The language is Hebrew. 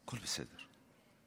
הכול בסדר.